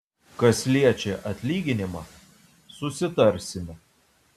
kas liečia atlyginimą susitarsime